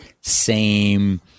same-